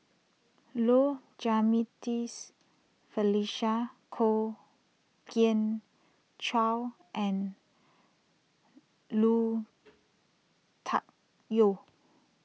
Low Jimenez Felicia Kwok Kian Chow and Lui Tuck Yew